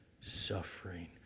suffering